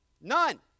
None